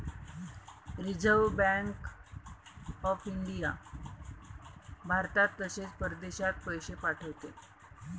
reserve Bank of India भारतात तसेच परदेशात पैसे पाठवते